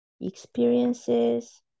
experiences